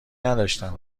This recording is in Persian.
نداشتم